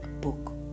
book